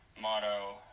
motto